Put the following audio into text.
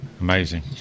amazing